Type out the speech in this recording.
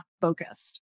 focused